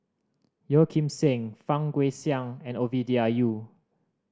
Yeo Kim Seng Fang Guixiang and Ovidia Yu